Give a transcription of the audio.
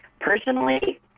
personally